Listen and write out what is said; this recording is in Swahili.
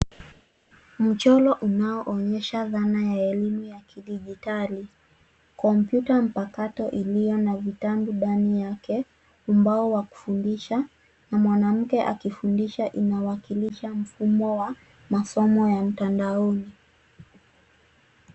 Mchoro unaoonyesha dhana ya elimu ya kidijitali. Kompyuta mpakato iliyo na vitabu ndani yake, ubao wa kufundisha na mwanamke akifundisha inawakilisha mfumo wa masomo ya mtandaoni.